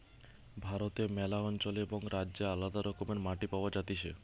ভারতে ম্যালা অঞ্চলে এবং রাজ্যে আলদা রকমের মাটি পাওয়া যাতিছে